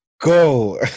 go